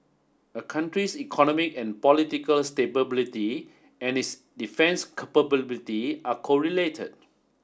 a country's economic and political and its defence capability are correlated